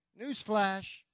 Newsflash